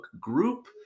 group